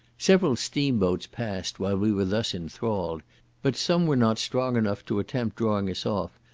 several steam-boats passed while we were thus enthralled but some were not strong enough to attempt drawing us off,